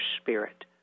spirit